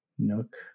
Nook